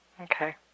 Okay